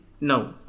no